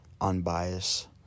unbiased